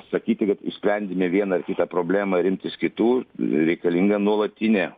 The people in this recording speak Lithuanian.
sakyti kad išsprendėme vieną ar kitą problemą ir imtis kitų reikalinga nuolatinė